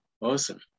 awesome